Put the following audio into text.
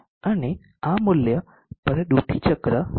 અને આ મૂલ્ય પર ડ્યુટી ચક્ર 0